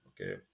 Okay